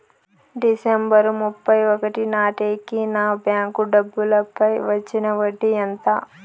December ముప్పై ఒకటి నాటేకి నా బ్యాంకు డబ్బుల పై వచ్చిన వడ్డీ ఎంత?